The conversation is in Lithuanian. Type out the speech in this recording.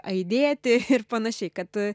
aidėti ir panašiai kad